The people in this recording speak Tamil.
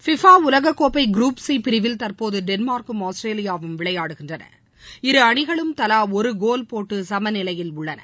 பிஃபா உலக கோப்பை குருப் சி பிரிவில் தற்போது டென்மார்க்கும் ஆஸ்திரேலியாவும் விளையாடுகின்றன இரு அணிகளும் தலா ஒரு கோல் போட்டு சம நிலையில் உள்ளன